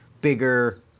bigger